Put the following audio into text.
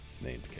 named